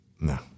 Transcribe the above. No